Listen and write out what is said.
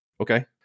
okay